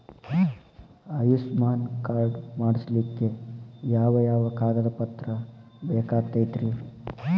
Ayushman card ಮಾಡ್ಸ್ಲಿಕ್ಕೆ ಯಾವ ಯಾವ ಕಾಗದ ಪತ್ರ ಬೇಕಾಗತೈತ್ರಿ?